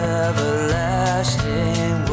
everlasting